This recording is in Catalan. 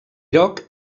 lloc